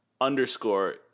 underscore